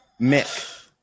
Mick